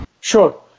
Sure